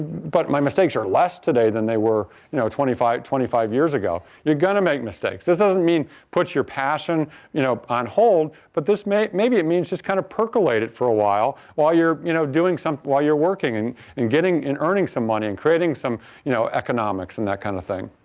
but my mistakes are less today than they were you know twenty five twenty five years ago. you're going to make mistakes, that doesn't mean put your passion you know on hold, but this maybe it means just kind of percolate it for a while, while you're you know doing some while you're working and and getting and earning some money and creating some you know economics and that kind of thing.